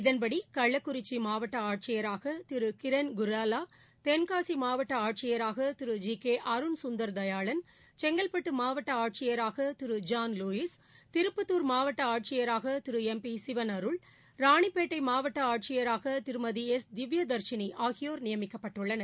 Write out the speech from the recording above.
இதன்படி கள்ளக்குறிச்சி மாவட்ட ஆட்சியராக திரு கிரண் குர்ராவா தென்காசி மாவட்ட ஆட்சியராக திரு ஜி கே அருண் சுந்தர் தயாளன் செங்கல்பட்டு மாவட்ட ஆட்சியராக திரு ஜான் லூயிஸ் திருப்பத்தூர் மாவட்ட ஆட்சியராக திரு எம் பி சிவன் அருள் ராணிப்பேட்டை மாவட்ட ஆட்சியராக திருமதி எஸ் திவ்ய தர்ஷினி ஆகியோர் நியமிக்கப்பட்டுள்ளனர்